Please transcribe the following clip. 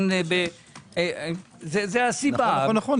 זו הסיבה.